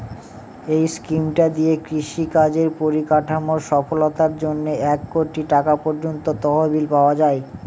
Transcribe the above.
এই স্কিমটা দিয়ে কৃষি কাজের পরিকাঠামোর সফলতার জন্যে এক কোটি টাকা পর্যন্ত তহবিল পাওয়া যায়